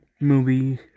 ...movie